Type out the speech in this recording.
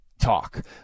talk